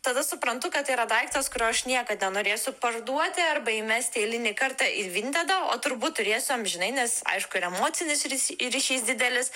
tada suprantu kad tai yra daiktas kurio aš niekad nenorėsiu parduoti arba įmesti eilinį kartą į vintedą o turbūt turėsiu amžinai nes aišku ir emocinis rys ryšys didelis